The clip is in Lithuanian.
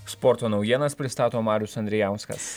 sporto naujienas pristato marius andrijauskas